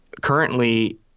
currently